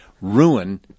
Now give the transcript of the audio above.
ruin